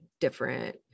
different